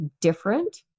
different